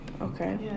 okay